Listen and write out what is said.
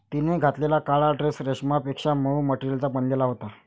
तिने घातलेला काळा ड्रेस रेशमापेक्षा मऊ मटेरियलचा बनलेला होता